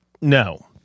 no